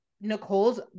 Nicole's